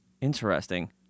Interesting